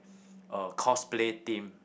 uh cosplay theme